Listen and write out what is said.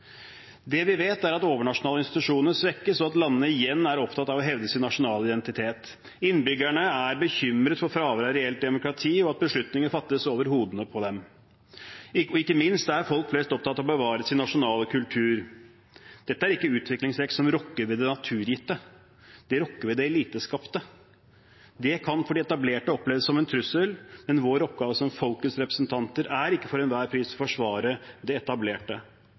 Det vi vet, er at overnasjonale institusjoner svekkes, og at landene igjen er opptatt av å hevde sin nasjonale identitet. Innbyggerne er bekymret for fravær av reelt demokrati og at beslutninger fattes over hodene på dem. Ikke minst er folk flest opptatt av å bevare sin nasjonale kultur. Dette er ikke utviklingstrekk som rokker ved det naturgitte, det rokker ved det eliteskapte. Det kan for det etablerte oppleves som en trussel, men vår oppgave som folkets representanter er ikke for enhver pris å forsvare det etablerte.